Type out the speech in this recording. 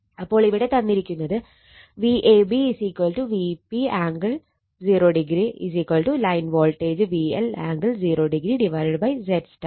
അപ്പോൾ ഇവിടെ തന്നിരിക്കുന്നത് Vab Vp angle 0° line voltage VL angle 0° ZY